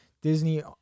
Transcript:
Disney